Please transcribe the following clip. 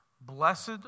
Blessed